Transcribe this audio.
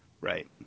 right